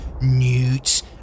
newts